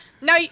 no